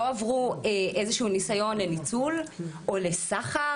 עברו איזשהו ניסיון לניצול או לסחר?